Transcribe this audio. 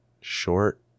short